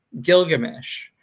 Gilgamesh